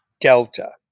delta